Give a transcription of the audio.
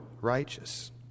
righteous